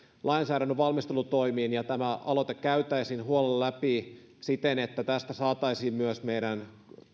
lainsäädännön valmistelutoimiin ja tämä aloite käytäisiin huolella läpi siten että tästä saataisiin myös meidän